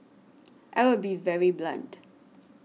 I will be very blunt